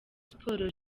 sports